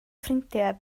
ffrindiau